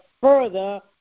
further